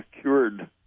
cured